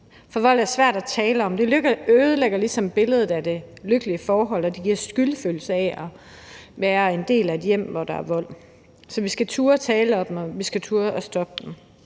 Vold er svært at tale om, for det ødelægger ligesom billedet af det lykkelige forhold, og det giver skyldfølelse at være en del af et hjem, hvor der er vold. Så vi skal turde tale om det, og vi skal turde at stoppe den.